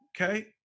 Okay